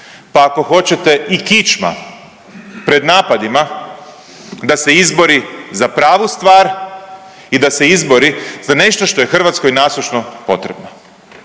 pa ako hoćete i kičma pred napadima da se izbori za pravu stvar i da se izbori za nešto što je Hrvatskoj nasušno potrebno,